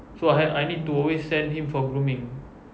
so I I need to always send him for grooming